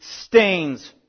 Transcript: stains